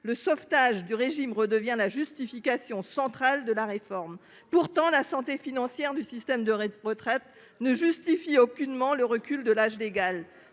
Le sauvetage du régime redevient la justification central de la réforme pourtant la santé financière du système de retraite ne justifie aucunement le recul de l'âge légal